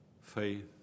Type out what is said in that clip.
faith